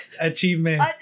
Achievement